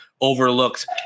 overlooked